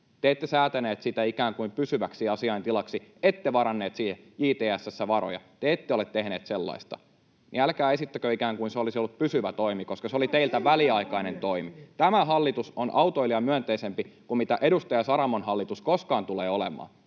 Te ette säätäneet sitä ikään kuin pysyväksi asiaintilaksi, ette varanneet siihen JTS:ssä varoja. Te ette ole tehneet sellaista, niin älkää esittäkö, että ikään kuin se olisi ollut pysyvä toimi, koska se oli teiltä väliaikainen toimi. [Jussi Saramo: Tämä on teidän budjetti!] Tämä hallitus on autoilijamyönteisempi kuin mitä edustaja Saramon hallitus koskaan tulee olemaan.